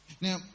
now